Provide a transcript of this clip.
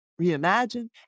reimagine